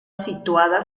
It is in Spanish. situada